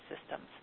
systems